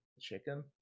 chicken